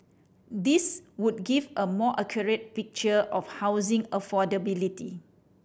these would give a more accurate picture of housing affordability